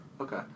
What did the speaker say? Okay